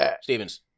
Stevens